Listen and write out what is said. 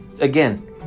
Again